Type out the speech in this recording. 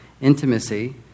intimacy